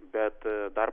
bet dar